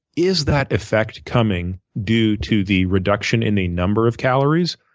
is that effect coming due to the reduction in a number of calories,